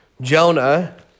Jonah